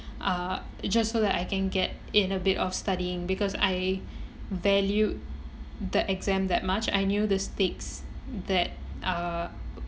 uh just so that I can get in a bit of studying because I valued the exam that much I knew the stakes that are